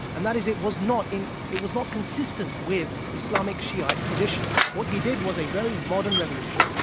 and that is it was not in it was not consistent with islamic shiite tradition. what he did was a very modern revolution,